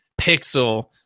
Pixel